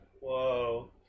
Whoa